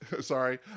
sorry